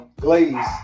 glaze